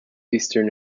eastern